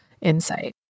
insight